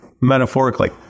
metaphorically